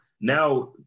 Now